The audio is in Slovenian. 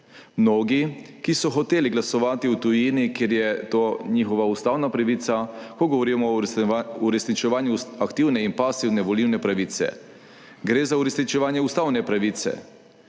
Mnogi, ki so hoteli glasovati v tujini, kjer je to njihova ustavna pravica, ko govorimo o uresničevanju aktivne in pasivne volilne pravice, gre za uresničevanje ustavne pravice,